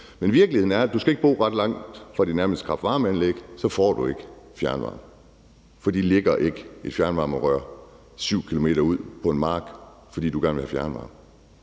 Men virkeligheden er, at du ikke skal bo ret langt fra det nærmeste kraft-varme-anlæg, før du ikke får fjernvarme, for de lægger ikke et fjernvarmerør 7 km ud på en mark, fordi du gerne vil have fjernvarme.